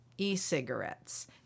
e-cigarettes